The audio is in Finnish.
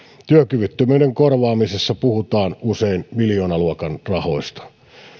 työkyvyttömyyden korvaamisessa puhutaan usein miljoonaluokan rahoista